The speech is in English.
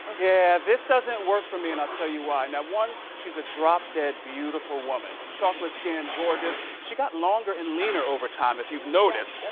yeah, this doesn't work for me and i'll tell you why. now one, she's a drop dead beautiful woman, and chocolate skin, gorgeous. she got longer and leaner over time if you've noticed.